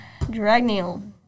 Dragneel